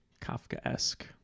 Kafka-esque